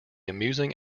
amusing